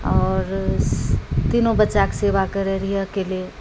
आओर तीनो बच्चाके सेवा करै रहिए अकेले